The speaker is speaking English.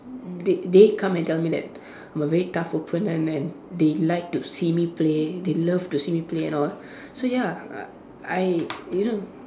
they they come and tell me that I'm a very tough opponent and they like to see me play they love to see me play and all so ya uh I you know